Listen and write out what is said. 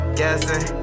guessing